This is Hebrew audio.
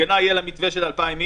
ההפגנה יהיה לה מתווה של 2,000 איש,